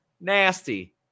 Nasty